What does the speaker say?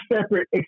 separate